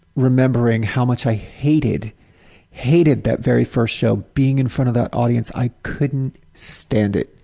remembering how much i hated hated that very first show, being in front of that audience i couldn't stand it.